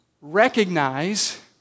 recognize